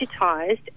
digitized